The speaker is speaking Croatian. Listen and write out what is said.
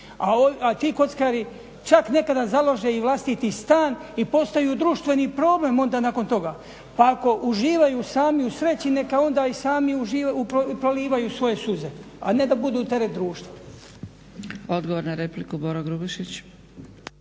A ti kockari čak nekada založe i vlastiti stan i postaju društveni problem onda nakon toga. Pa ako uživaju sami u sreći neka onda sami prolivaju svoje suze, a ne da budu teret društvu. **Zgrebec, Dragica